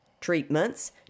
treatments